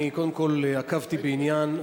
אני קודם כול עקבתי בעניין,